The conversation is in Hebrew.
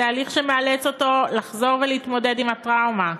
תהליך שמאלץ אותו לחזור ולהתמודד עם הטראומה,